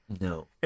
No